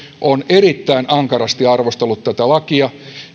on erittäin ankarasti arvostellut tätä lakia